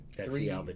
three